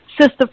sister